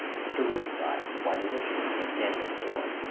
mr. rubenstein, white as a sheet, was standing at the door.